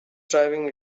driving